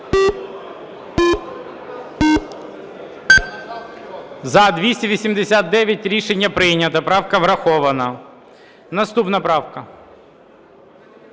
За-289 Рішення прийнято. Правка врахована. Наступна правка.